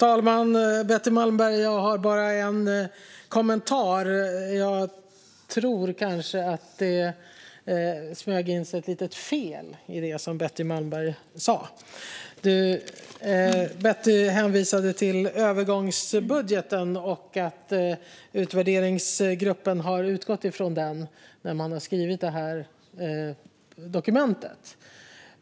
Fru talman! Jag har bara en kommentar till Betty Malmberg. Jag tror att det kanske smög sig in ett litet fel i det som Betty Malmberg framförde. Hon hänvisade till övergångsbudgeten och att utvärderingsgruppen har utgått från den när den skrivit detta dokument.